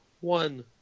one